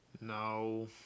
no